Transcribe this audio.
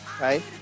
right